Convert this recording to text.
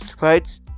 right